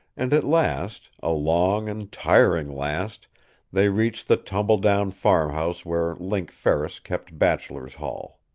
and at last a long and tiring last they reached the tumble-down farmhouse where link ferris kept bachelor's hall.